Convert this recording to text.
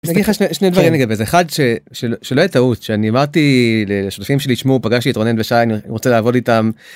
אני אגיד לך שני שני דברים לגבי זה, אחד ש ש שלא יהיה טעות, שאני אמרתי ל... לשותפים שלי, שמעו, פגשתי את רונן ושיינר, אני רוצה לעבוד איתם.